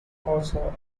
also